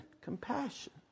compassion